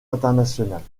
internationales